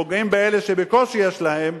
פוגעים באלה שבקושי יש להם,